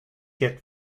get